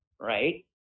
right